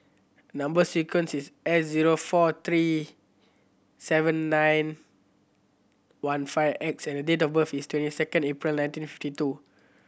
number sequence is S zero four three seven nine one five X and the date of birth is twenty second April nineteen fifty two